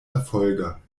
verfolger